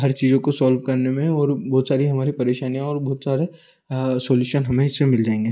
हर चीज़ों को सॉल्व करने में और बहुत सारी हमारी परेशानियाँ और बहुत सारे सोल्यूशन हमें इसमें मिल जाएंगे